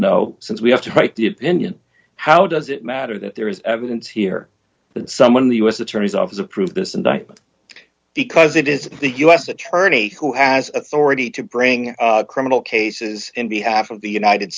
know since we have to write the opinion how does it matter that there is evidence here that someone in the u s attorney's office approved this indictment because it is the u s attorney who has authority to bring criminal cases in behalf of the united